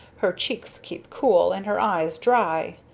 her cheeks keep cool, and her eyes dry.